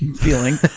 feeling